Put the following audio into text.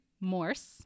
Morse